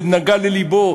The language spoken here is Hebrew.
זה נגע ללבו.